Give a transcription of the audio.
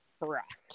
correct